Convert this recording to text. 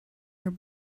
her